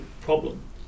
problem